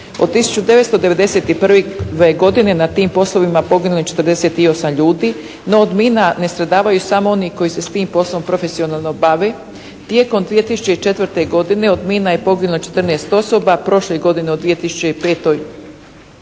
Od 1991. godine na tim poslovima poginulo je 48 ljudi, no od mina ne stradavaju samo oni koji se s tim poslom profesionalno bave. Tijekom 2004. godine od mina je poginulo 14 osoba. Prošle godine u 2005. 4,